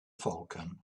falcon